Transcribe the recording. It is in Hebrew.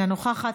אינה נוכחת,